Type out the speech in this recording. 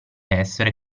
essere